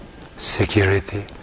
security